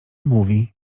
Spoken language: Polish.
mówi